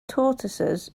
tortoises